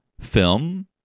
film